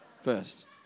first